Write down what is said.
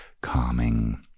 calming